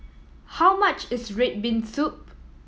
how much is red bean soup